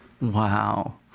Wow